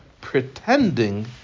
pretending